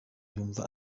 yumva